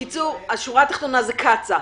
בקיצור, השורה התחתונה זה קצא"א.